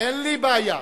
אין לי בעיה.